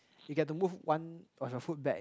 you get to move one of your foot back